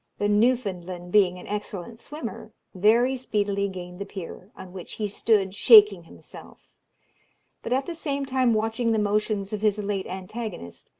the newfoundland being an excellent swimmer, very speedily gained the pier, on which he stood shaking himself but at the same time watching the motions of his late antagonist,